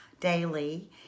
daily